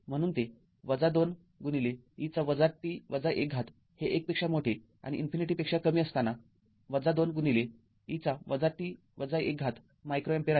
म्हणून ते २ e -t १ हे १ पेक्षा मोठे आणि इन्फिनिटीपेक्षा कमी असताना २ e -t १ मायक्रो अँपिअर आहे